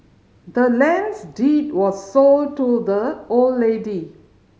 the land's deed was sold to the old lady